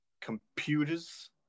computers